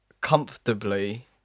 comfortably